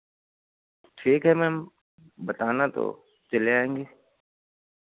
ठीक है मैम बताना तो चले आएँगे